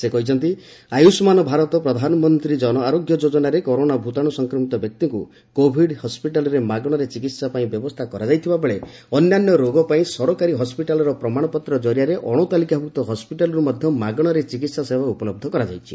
ସେ ଆହୁରି କହିଛନ୍ତି ଆୟୁଷ୍ମାନ ଭାରତ ପ୍ରଧାନମନ୍ତ୍ରୀ ଜନଆରୋଗ୍ୟ ଯୋକନାରେ କରୋନା ଭୂତାଣୁ ସଂକ୍ରମିତ ବ୍ୟକ୍ତିଙ୍କୁ କୋଭିଡ୍ ହସ୍କିଟାଲରେ ମାଗଣାରେ ଚିକିତ୍ସା ପାଇଁ ବ୍ୟବସ୍ଥା କରାଯାଇଥିବା ବେଳେ ଅନ୍ୟାନ୍ୟ ରୋଗ ପାଇଁ ସରକାରୀ ହସ୍କିଟାଲର ପ୍ରମାଣପତ୍ର ଜରିଆରେ ଅଣତାଲିକାଭୁକ୍ତ ହସ୍କିଟାଲରୁ ମଧ୍ୟ ମାଗଣାରେ ଚିକିତ୍ସା ସେବା ଉପଲବ୍ଧ କରାଯାଇଛି